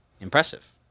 impressive